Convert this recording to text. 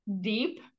deep